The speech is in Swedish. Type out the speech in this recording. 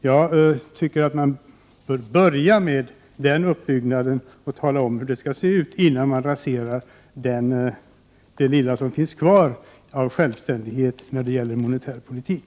Jag tycker att man bör börja med den uppbyggnaden och tala om hur det skall se ut, innan man raserar det lilla som finns kvar av självständighet när det gäller monetär politik.